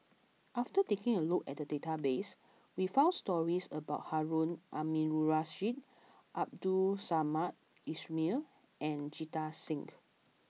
after taking a look at the database we found stories about Harun Aminurrashid Abdul Samad Ismail and Jita Singh